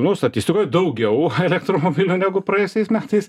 nu statistikoj daugiau elektromobilių negu praėjusiais metais